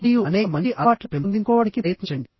మరియు అనేక మంచి అలవాట్లను పెంపొందించుకోవడానికి ప్రయత్నించండి